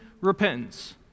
repentance